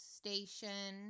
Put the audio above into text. station